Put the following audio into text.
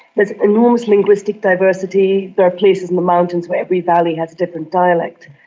there's enormous linguistic diversity. there are places in the mountains where every valley has a different dialect.